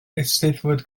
eisteddfod